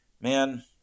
man